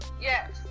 Yes